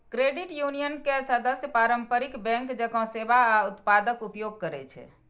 credit union के सदस्य पारंपरिक बैंक जकां सेवा आ उत्पादक उपयोग करै छै